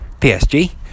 PSG